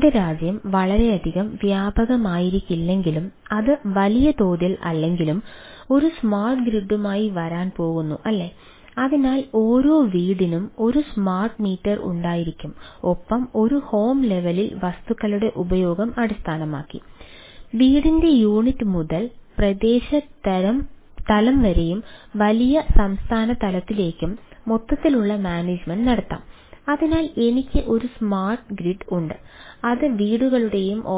നമ്മുടെ രാജ്യം വളരെയധികം വ്യാപകമായിരിക്കില്ലെങ്കിലും അത് വലിയ തോതിൽ അല്ലെങ്കിലും ഒരു സ്മാർട്ട് ഗ്രിഡു എടുക്കുകയും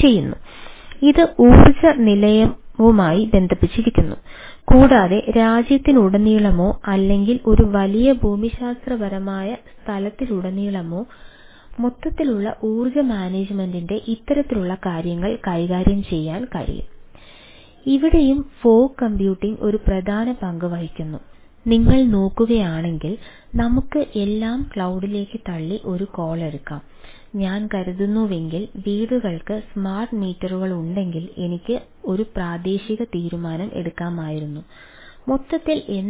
ചെയ്യുന്നു ഇത് ഊർജ്ജ നിലയവുമായി ബന്ധിപ്പിച്ചിരിക്കുന്നു കൂടാതെ രാജ്യത്തുടനീളമോ അല്ലെങ്കിൽ ഒരു വലിയ ഭൂമിശാസ്ത്രപരമായ സ്ഥലത്തുടനീളമുള്ള മൊത്തത്തിലുള്ള ഊർജ്ജ മാനേജുമെന്റിനെ ഇത്തരത്തിലുള്ള കാര്യങ്ങൾ കൈകാര്യം ചെയ്യാൻ കഴിയും ഇവിടെയും ഫോഗ് കമ്പ്യൂട്ടിംഗ് എടുക്കുകയും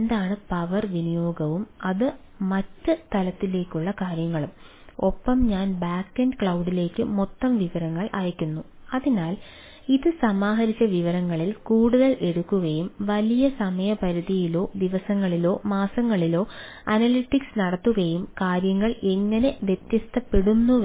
ചെയ്യുന്നു